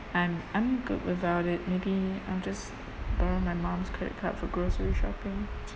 I'm I'm good without it maybe I'll just borrow my mom's credit card for grocery shopping